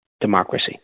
democracy